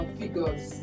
figures